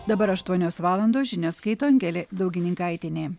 dabar aštuonios valandos žinias skaito angelė daugininkaitienė